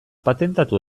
patentatu